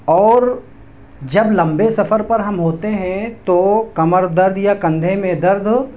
اور جب لمبے سفر پر ہم ہوتے ہیں تو کمر درد یا کندھے میں درد